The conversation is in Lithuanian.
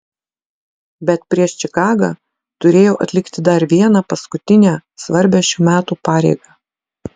bet prieš čikagą turėjau atlikti dar vieną paskutinę svarbią šių metų pareigą